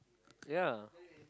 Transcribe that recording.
ya